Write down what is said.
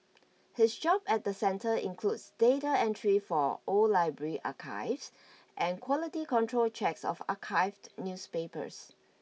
his job at the centre includes data entry for old library archives and quality control checks of archived newspapers